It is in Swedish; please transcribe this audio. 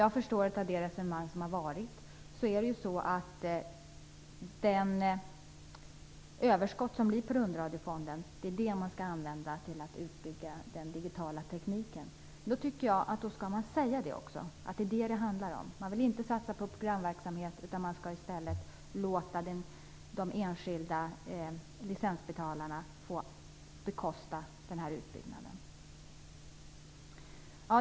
Jag förstår av det resonemang som har varit att det är överskott från rundradiofonden som skall användas till att bygga ut den digitala tekniken. Jag tycker då att man också skall säga att det handlar om det, och att man inte vill satsa på programverksamhet utan i stället skall låta de enskilda licensbetalarna få bekosta den här utbyggnaden.